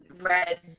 red